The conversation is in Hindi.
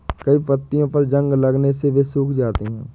कई पत्तियों पर जंग लगने से वे सूख जाती हैं